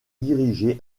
diriger